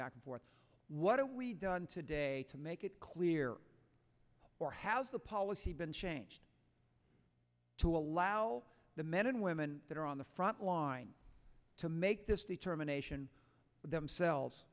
back and forth what are we done today to make it clear for how's the policy been changed to allow the men and women that are on the front line to make this determination themselves